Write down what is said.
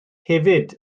hefyd